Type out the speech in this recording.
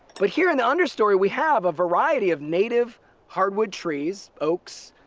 but here in the understory we have a variety of native hardwood trees oaks,